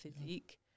physique